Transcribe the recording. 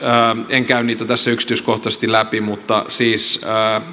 en käy tässä yksityiskohtaisesti läpi mutta siis